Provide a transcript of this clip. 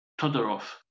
Todorov